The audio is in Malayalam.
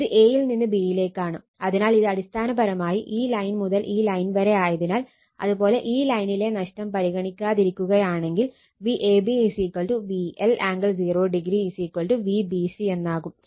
ഇത് a യിൽ നിന്ന് b യിലേക്കാണ് അതിനാൽ ഇത് അടിസ്ഥാനപരമായി ഈ ലൈൻ മുതൽ ഈ ലൈൻ വരെ ആയതിനാൽ അത് പോലെ ഈ ലൈനിലെ നഷ്ടം പരിഗണിക്കാതിരിക്കുകയാണെങ്കിൽ Vab VL angle 0o Vbc എന്നാകും